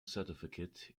certificate